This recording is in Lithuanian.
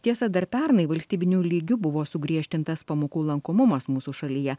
tiesa dar pernai valstybiniu lygiu buvo sugriežtintas pamokų lankomumas mūsų šalyje